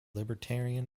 libertarian